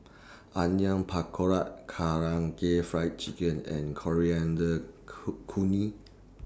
Onion Pakora Karaage Fried Chicken and Coriander Co Chutney